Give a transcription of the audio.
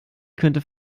könnte